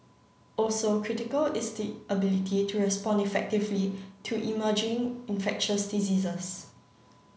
also critical is the ability to respond effectively to emerging infectious diseases